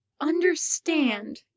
understand